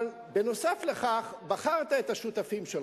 אבל נוסף על כך בחרת את השותפים שלך.